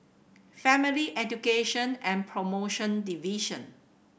Family Education and Promotion Division